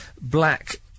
black